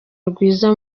rwiza